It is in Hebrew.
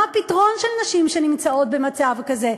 מה הפתרון של נשים שנמצאות במצב כזה?